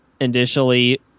initially